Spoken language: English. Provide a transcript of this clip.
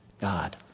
God